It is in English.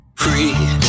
free